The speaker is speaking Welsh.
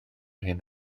hyn